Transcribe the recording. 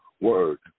word